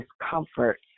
discomfort